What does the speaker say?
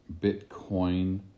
Bitcoin